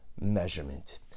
measurement